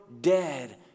dead